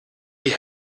die